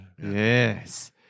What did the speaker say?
Yes